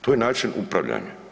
To je način upravljanja.